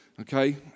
okay